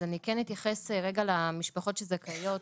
אני כן אתייחס למשפחות שזכאיות,